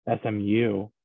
SMU